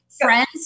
Friends